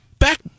Back